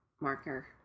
marker